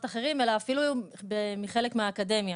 אחרים אלא אפילו מחלק מהאקדמיה.